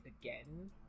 again